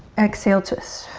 exhale twist.